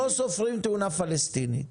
לא סופרים תאונה פלסטינית,